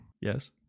Yes